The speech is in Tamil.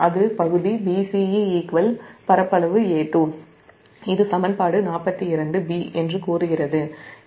இது சமன்பாடு 42 என்று கூறுகிறது